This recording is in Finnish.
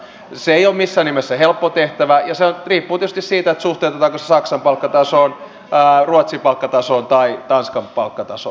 se ei ole missään nimessä helppo tehtävä ja se riippuu tietysti siitä suhteutetaanko se saksan palkkatasoon ruotsin palkkatasoon tai tanskan palkkatasoon